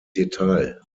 detail